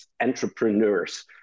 entrepreneurs